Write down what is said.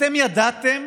אתם ידעתם,